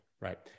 Right